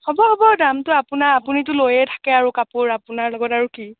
হ'ব হ'ব দামটো আপোনাৰ আপুনিতো লৈয়ে থাকে আৰু কাপোৰ আপোনাৰ লগত আৰু কি